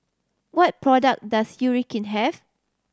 what product does have